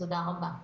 תודה רבה.